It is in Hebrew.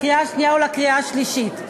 לקריאה שנייה ולקריאה שלישית.